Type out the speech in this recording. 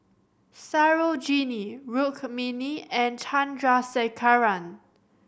Sarojini Rukmini and Chandrasekaran